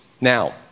Now